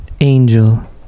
Angel